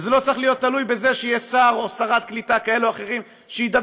וזה לא צריך להיות תלוי בזה שיהיו שר או שרת קליטה כאלה או אחרים שידאגו